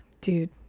Dude